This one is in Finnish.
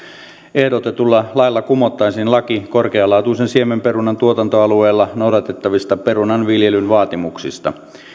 ehdotetulla lailla kumottaisiin laki korkealaatuisen siemenperunan tuotantoalueella noudatettavista perunanviljelyn vaatimuksista